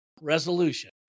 resolution